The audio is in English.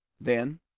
Then